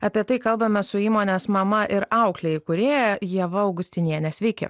apie tai kalbamės su įmonės mama ir auklė įkūrėja ieva augustiniene sveiki